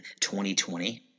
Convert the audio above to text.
2020